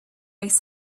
makes